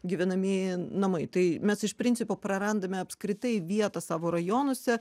gyvenamieji namai tai mes iš principo prarandame apskritai vietą savo rajonuose